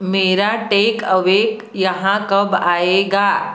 मेरा takeaway यहाँ कब आऐगा